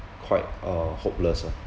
quite uh hopeless ah